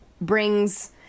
brings